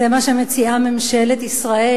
זה מה שמציעה ממשלת ישראל.